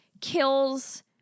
kills